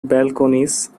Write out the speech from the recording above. balconies